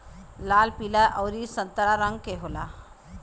लाल पीला अउरी संतरा रंग के होला